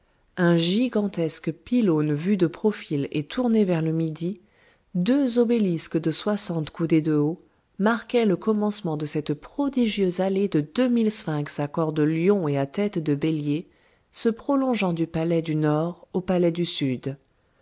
un gigantesque pylône vu de profil et tourné vers le midi deux obélisques de soixante coudées de haut marquaient le commencement de cette prodigieuse allée de deux mille sphinx à corps de lion et à tête de bélier se prolongeant du palais du nord au palais du sud